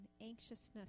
anxiousness